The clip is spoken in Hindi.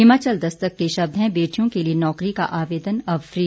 हिमाचल दस्तक के शब्द हैं बेटियों के लिए नौकरी का आवेदन अब फ्री